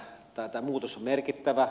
tämä muutos on merkittävä